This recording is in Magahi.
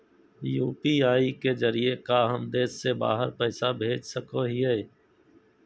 यू.पी.आई के जरिए का हम देश से बाहर पैसा भेज सको हियय?